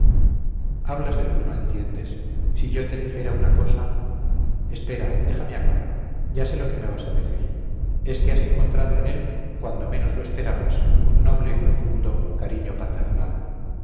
hablas de lo que no entiendes si yo te dijera una cosa espera déjame acabar ya sé lo que vas a decir es que has encontrado en él cuando menos lo esperabas un noble y profundo cariño paternal